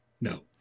No